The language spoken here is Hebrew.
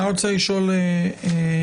אני רוצה לשאול אותך,